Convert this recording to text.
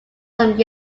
some